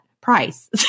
price